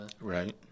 Right